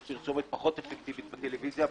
ויש פרסומת פחות אפקטיבית בטלוויזיה,